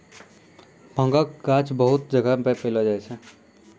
भांगक गाछ बहुत जगह नै पैलो जाय छै